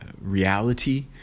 reality